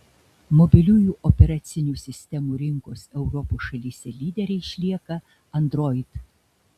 mobiliųjų operacinių sistemų rinkos europos šalyse lydere išlieka android